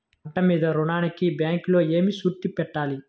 పంట మీద రుణానికి బ్యాంకులో ఏమి షూరిటీ పెట్టాలి?